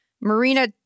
Marina